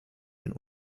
den